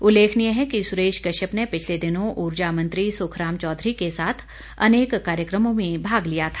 उल्लेखनीय है कि सुरेश कश्यप ने पिछले दिनों ऊर्जा मंत्री सुखराम चौधरी के साथ अनेक कार्यक्रमों में भाग लिया था